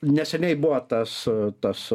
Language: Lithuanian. neseniai buvo tas tas